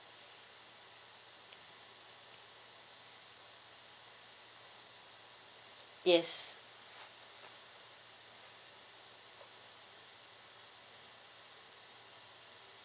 yes